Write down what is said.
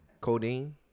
Codeine